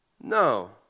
No